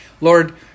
Lord